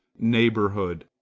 neighborhood,